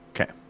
okay